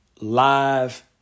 live